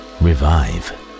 revive